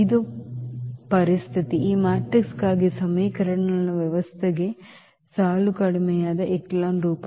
ಇದು ಪರಿಸ್ಥಿತಿ ಈ ಮ್ಯಾಟ್ರಿಕ್ಸ್ಗಾಗಿ ಸಮೀಕರಣಗಳ ವ್ಯವಸ್ಥೆಗೆ ಸಾಲು ಕಡಿಮೆಯಾದ ಎಚೆಲಾನ್ ರೂಪ